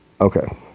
Okay